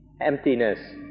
emptiness